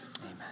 Amen